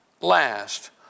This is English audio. last